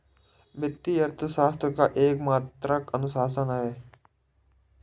वित्तीय अर्थशास्त्र एक मात्रात्मक अनुशासन है